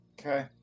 Okay